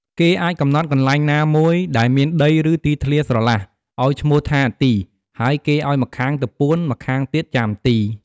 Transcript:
គេអាចកំណត់កន្លែងណាមួយ ដែលមានដី ឬ ទីធ្លាស្រឡះ ឱ្យឈ្មោះថា "ទី" ហើយគេឱ្យម្ខាងទៅពួន ម្ខាងទៀតចាំទី។